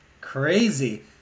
crazy